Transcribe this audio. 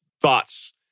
thoughts